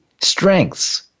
strengths